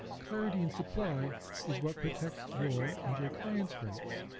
clarity in supply is what protects your and your clients' rights.